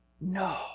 No